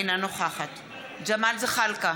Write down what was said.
אינה נוכחת ג'מאל זחאלקה,